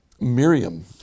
Miriam